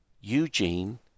Eugene